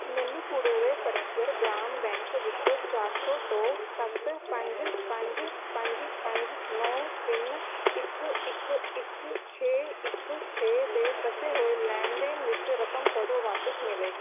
ਮੈਨੂੰ ਪੁਡੁਵੈ ਭਰਥਿਅਰ ਗ੍ਰਾਮ ਬੈਂਕ ਵਿੱਚ ਚਾਰ ਸੌ ਤੋਂ ਸੱਤ ਪੰਜ ਪੰਜ ਪੰਜ ਪੰਜ ਨੌਂ ਤਿੰਨ ਇੱਕ ਇੱਕ ਇੱਕ ਛੇ ਇੱਕ ਛੇ ਦੇ ਫਸੇ ਹੋਏ ਲੈਣ ਦੇਣ ਵਿੱਚ ਰਕਮ ਕਦੋਂ ਵਾਪਸ ਮਿਲੇਗੀ